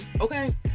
Okay